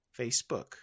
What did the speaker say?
Facebook